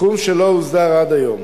תחום שלא הוסדר עד היום,